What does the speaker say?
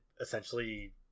essentially